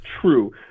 true